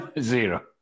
zero